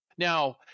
Now